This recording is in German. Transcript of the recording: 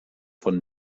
von